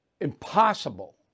impossible